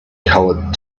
colored